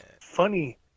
Funny